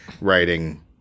writing